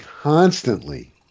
constantly